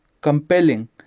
compelling